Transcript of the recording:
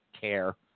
care